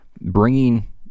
bringing